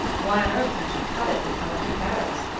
why on earth don't you cut it and come up to paris?